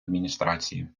адміністрації